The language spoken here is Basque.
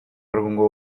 egungo